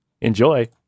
enjoy